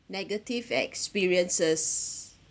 negative experiences